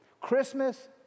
Christmas